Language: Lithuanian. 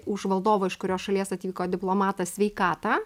už valdovo iš kurios šalies atvyko diplomatas sveikatą